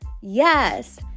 yes